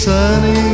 Sunny